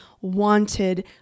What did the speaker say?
wanted